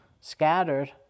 scattered